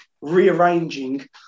rearranging